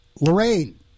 Lorraine